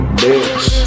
bitch